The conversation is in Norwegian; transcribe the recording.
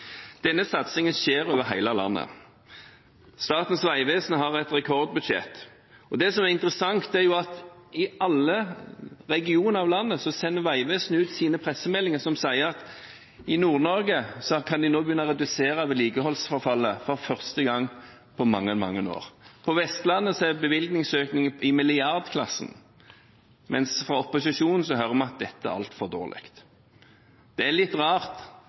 alle regioner av landet sender Vegvesenet ut sine pressemeldinger: I Nord-Norge kan de nå begynne å redusere vedlikeholdsforfallet for første gang på mange, mange år. På Vestlandet er bevilgningsøkningen i milliardklassen. Men fra opposisjonen hører vi at dette er altfor dårlig. Det er litt rart